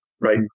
Right